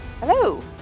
Hello